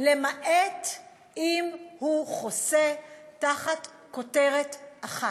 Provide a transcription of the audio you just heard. למעט אם הוא חוסה תחת כותרת אחת: